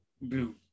blue